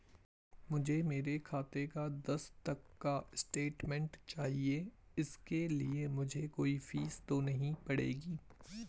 मुझे मेरे खाते का दस तक का स्टेटमेंट चाहिए इसके लिए मुझे कोई फीस तो नहीं पड़ेगी?